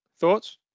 thoughts